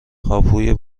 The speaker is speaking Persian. هاپوی